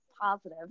positive